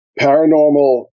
paranormal